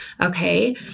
Okay